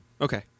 Okay